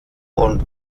und